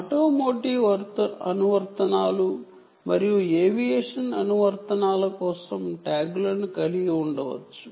automotive applications మరియు aviation applications కోసం ట్యాగ్లను కలిగి ఉండవచ్చు